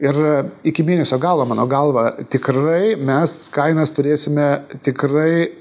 ir iki mėnesio galo mano galva tikrai mes kainas turėsime tikrai